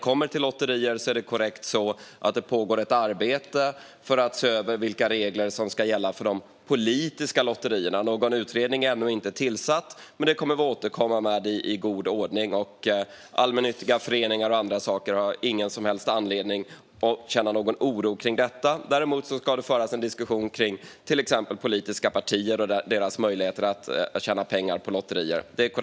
Det är korrekt att det pågår ett arbete för att se över vilka regler som ska gälla för de politiska lotterierna. Någon utredning är ännu inte tillsatt, men vi återkommer i god ordning. Allmännyttiga föreningar och andra har ingen som helst anledning att känna oro över detta. Det är dock korrekt att det ska föras en diskussion om politiska partiers möjlighet att tjäna pengar på lotterier.